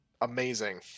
amazing